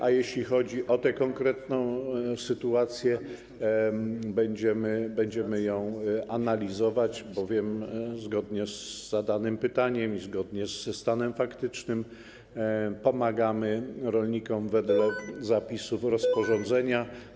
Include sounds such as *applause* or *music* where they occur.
A jeśli chodzi o tę konkretną sytuację, to będziemy ją analizować, bowiem zgodnie z zadanym pytaniem i zgodnie ze stanem faktycznym pomagamy rolnikom według *noise* zapisów rozporządzenia.